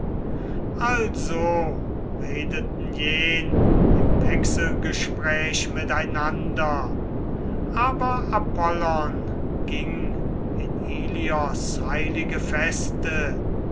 also redeten jen im wechselgespräch miteinander aber apollon ging in ilios heilige feste